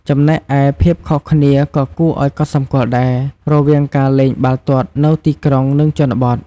ចំណែកឯភាពខុសគ្នាក៏គួរឲ្យកត់សម្គាល់ដែរ រវាងការលេងបាល់ទាត់នៅទីក្រុង និងជនបទ។